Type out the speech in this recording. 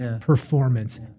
performance